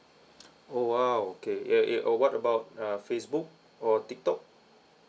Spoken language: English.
oh !wow! okay eh eh what about uh facebook or tiktok